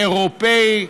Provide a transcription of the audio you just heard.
האירופי.